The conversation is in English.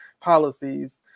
policies